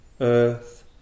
earth